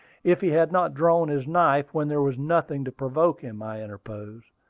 if he had not drawn his knife when there was nothing to provoke him, i interposed.